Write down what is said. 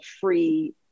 free